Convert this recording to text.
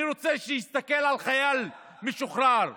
אני רוצה שיסתכל על חייל משוחרר,